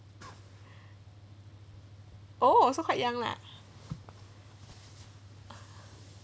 oh so quite young lah